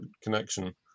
connection